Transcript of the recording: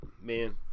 man